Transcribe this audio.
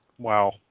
Wow